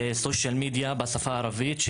בשפה הערבית,